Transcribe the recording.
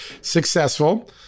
successful